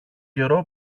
καιρό